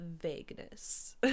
vagueness